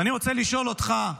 ואני רוצה לשאול אותך,